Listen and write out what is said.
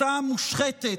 הצעה מושחתת,